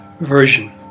version